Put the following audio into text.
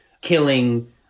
killing